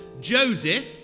Joseph